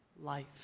life